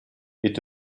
est